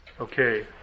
Okay